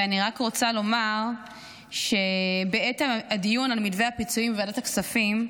אני רק רוצה לומר שבעת הדיון על מתווה הפיצויים בוועדת הכספים,